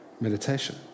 meditation